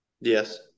Yes